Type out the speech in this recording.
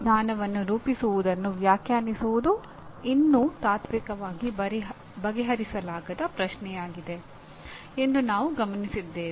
ಜ್ಞಾನವನ್ನು ರೂಪಿಸುವುದನ್ನು ವ್ಯಾಖ್ಯಾನಿಸುವುದು ಇನ್ನೂ ತಾತ್ವಿಕವಾಗಿ ಬಗೆಹರಿಸಲಾಗದ ಪ್ರಶ್ನೆಯಾಗಿದೆ ಎಂದು ನಾವು ಗಮನಿಸಿದ್ದೇವೆ